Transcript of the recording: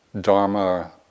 Dharma